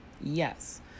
Yes